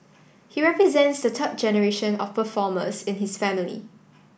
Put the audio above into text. he represents the third generation of performers in his family